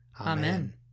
Amen